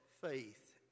faith